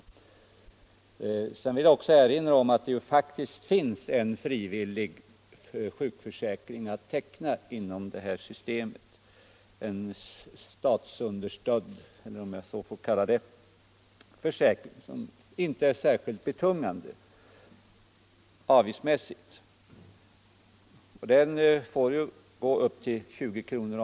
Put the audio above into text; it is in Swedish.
Vidare vill jag erinra om att det faktiskt finns möjlighet att inom det gällande systemet teckna en frivillig sjukpenningföräkring, som inte är särskilt betungande avgiftsmässigt. Sjukpenning utgår med upp till 20 kr.